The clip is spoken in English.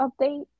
update